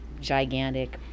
gigantic